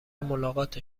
ملاقات